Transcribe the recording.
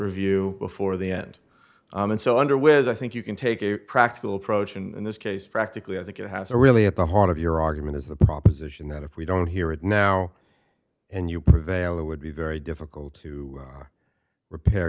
review before the end and so underway as i think you can take a practical approach and this case practically i think it has a really at the heart of your argument is the proposition that if we don't hear it now and you prevail it would be very difficult to repair